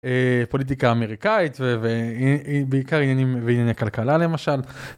פוליטיקה אמריקאית ובעיקר עניינים ועניין הכלכלה למשל.